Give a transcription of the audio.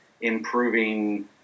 improving